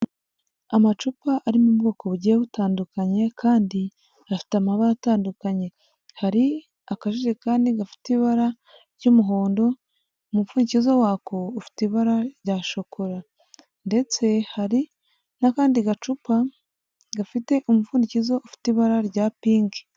Amacupa ari mu bwoko bugiye butandukanye kandi afite amabara atandukanye, hari akajerekani gafite ibara ry'umuhondo, umupfundikizo wako ufite ibara rya shokora ndetse hari n'akandi gacupa gafite umupfunikizo ufite ibara rya pinki.